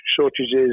shortages